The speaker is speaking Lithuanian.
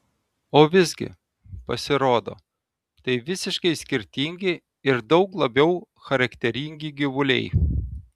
o visgi pasirodo tai visiškai skirtingi ir daug labiau charakteringi gyvuliai